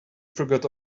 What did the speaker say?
forgot